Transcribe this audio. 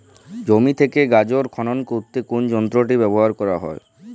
জমি থেকে গাজর খনন করতে কোন যন্ত্রটি ব্যবহার করা হয়?